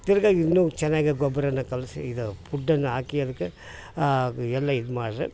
ತಿರ್ಗಿ ಇನ್ನೂ ಚೆನ್ನಾಗೆ ಗೊಬ್ರ ಕಲಸಿ ಇದು ಪುಡ್ದನ್ನು ಹಾಕಿ ಅದಕ್ಕೆ ಹಾಗು ಎಲ್ಲ ಇದು ಮಾಡ್ರೆ